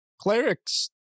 cleric's